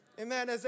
Amen